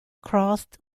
crossed